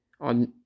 on